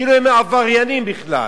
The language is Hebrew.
כאילו הם עבריינים בכלל.